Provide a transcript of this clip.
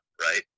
right